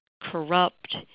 corrupt